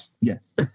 Yes